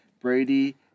Brady